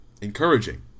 encouraging